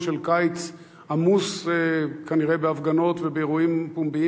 של קיץ עמוס כנראה בהפגנות ובאירועים פומביים,